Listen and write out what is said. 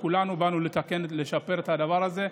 כולנו באנו לתקן ולשפר את הדבר הזה.